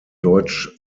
deutsch